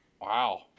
wow